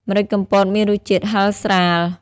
ម្រេចកំពតមានរសជាតិហិរស្រាល។